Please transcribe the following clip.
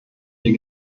die